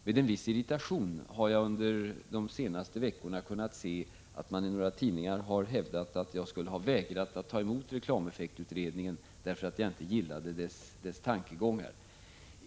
Med en viss irritation har jag under de senaste veckorna kunnat se att man i några tidningar har hävdat att jag skulle ha vägrat att ta emot reklameffektutredningen därför att jag inte gillade dess tankegångar.